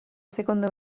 seconda